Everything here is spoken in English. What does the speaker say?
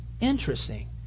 Interesting